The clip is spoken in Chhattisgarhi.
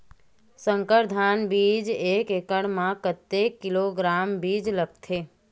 संकर धान बीज एक एकड़ म कतेक किलोग्राम बीज लगथे?